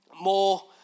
more